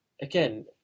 again